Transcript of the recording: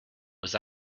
was